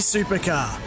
Supercar